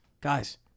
guys